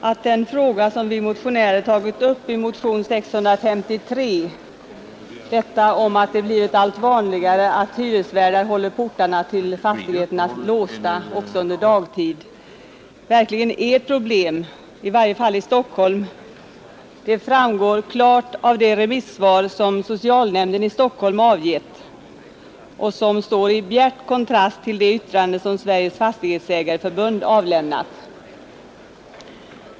Att den fråga vi motionärer tagit upp i motionen 653 — att det blivit allt vanligare att hyresvärdar håller portarna till fastigheterna låsta också under dagtid — verkligen är ett problem, i varje fall i Stockholm, framgår klart av det remissvar som socialnämnden i Stockholm avgivit och som står i bjärt kontrast till det yttrande som Sveriges Fastighetsägareförbund avlämnat.